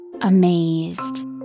amazed